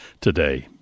today